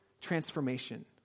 transformation